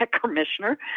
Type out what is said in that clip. commissioner